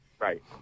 right